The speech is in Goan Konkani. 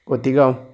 खोतीगांव